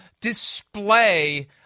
display